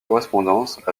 correspondance